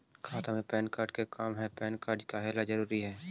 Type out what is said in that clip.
खाता में PAN card के का काम है पैन कार्ड काहे ला जरूरी है?